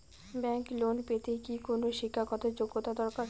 Bank loan পেতে কি কোনো শিক্ষা গত যোগ্য দরকার?